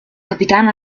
capitan